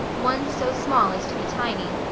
one so small as to be tiny.